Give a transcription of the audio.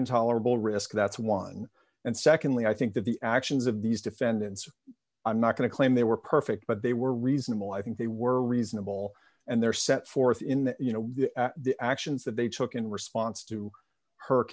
intolerable risk that's one and secondly i think that the actions of these defendants i'm not going to claim they were perfect but they were reasonable i think they were reasonable and they're set forth in that you know the actions that they took in response to h